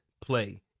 play